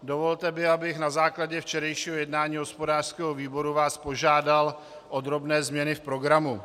Dovolte mi, abych vás na základě včerejšího jednání hospodářského výboru požádal o drobné změny v pořadu.